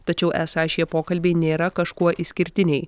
tačiau esą šie pokalbiai nėra kažkuo išskirtiniai